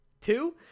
Two